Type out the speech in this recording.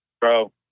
Bro